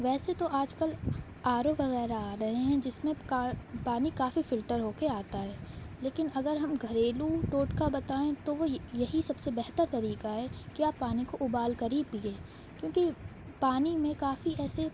ویسے تو آج کل آر او وغیرہ آ رہے ہیں جس میں کاں پانی کافی فلٹر ہو کے آتا ہے لیکن اگر ہم گھریلو ٹوٹکہ بتائیں تو وہ یہی سب سے بہتر طریقہ ہے کہ آپ پانی کو ابال کر ہی پئیں کیونکہ پانی میں کافی ایسے